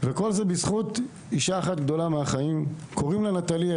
כל זה בזכות אישה אחת גדולה מהחיים ששמה נטלי,